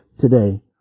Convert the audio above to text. today